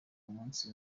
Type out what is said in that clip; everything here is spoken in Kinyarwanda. umunsi